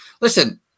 listen